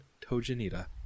Tojanita